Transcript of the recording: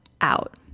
out